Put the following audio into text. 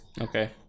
Okay